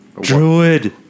Druid